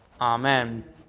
Amen